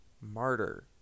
Martyr